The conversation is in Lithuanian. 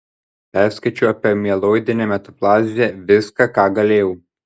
perskaičiau apie mieloidinę metaplaziją viską ką galėjau